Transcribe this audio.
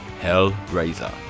Hellraiser